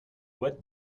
what